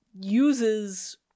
uses